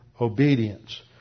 obedience